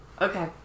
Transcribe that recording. Okay